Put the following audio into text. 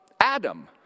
Adam